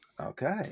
okay